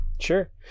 Sure